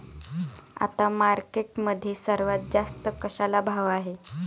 आता मार्केटमध्ये सर्वात जास्त कशाला भाव आहे?